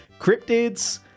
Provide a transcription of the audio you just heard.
cryptids